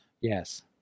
Yes